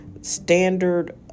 standard